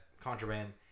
contraband